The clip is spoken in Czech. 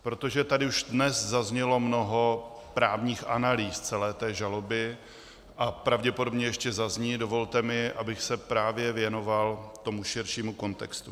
Protože tady už dnes zaznělo mnoho právních analýz celé té žaloby a pravděpodobně ještě zazní, dovolte mi, abych se právě věnoval tomu širšímu kontextu.